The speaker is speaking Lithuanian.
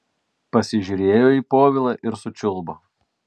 pasižiūrėjo į povilą ir sučiulbo